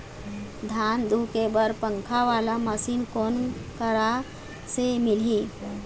धान धुके बर पंखा वाला मशीन कोन करा से मिलही?